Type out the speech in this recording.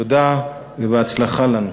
תודה ובהצלחה לנו.